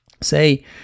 Say